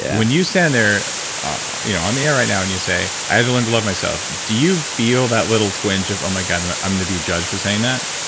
and when you stand there ah you know on the air right now and you say, i had to learn to love myself, do you feel that little twinge of oh my god, and i'm going to be judged for saying that?